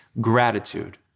gratitude